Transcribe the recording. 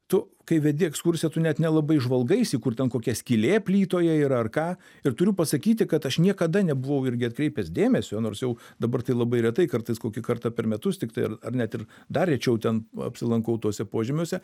tu kai vedi ekskursiją tu net nelabai žvalgaisi kur ten kokia skylė plytoje yra ar ką ir turiu pasakyti kad aš niekada nebuvau irgi atkreipęs dėmesio nors jau dabar tai labai retai kartais kokį kartą per metus tiktai ar ar net ir dar rečiau ten apsilankau tuose požemiuose